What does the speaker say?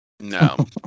No